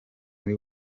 muri